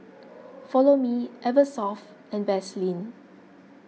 Follow Me Eversoft and Vaseline